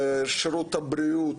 זה מה שאני רואה,